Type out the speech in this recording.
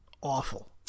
awful